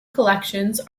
collections